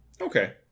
Okay